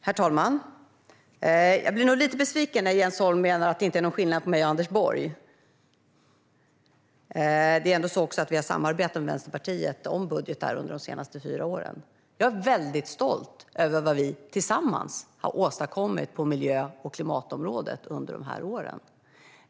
Herr talman! Jag blir lite besviken när Jens Holm menar att det inte är någon skillnad mellan mig och Anders Borg. Dessutom är det så att vi har samarbetat med Vänsterpartiet om budgetar under de senaste fyra åren. Jag är väldigt stolt över vad vi tillsammans har åstadkommit på miljö och klimatområdet under de här åren.